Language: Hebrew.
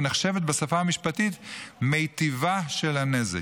ונחשבת בשפה המשפטית "מיטיבה של הנזק".